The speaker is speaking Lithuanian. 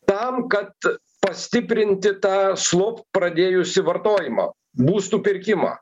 tam kad pastiprinti tą slopt pradėjusį vartojimą būstų pirkimą